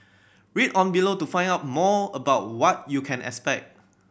read on below to find out more about what you can expect